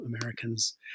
Americans